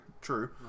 True